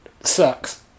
sucks